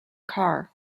car